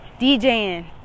DJing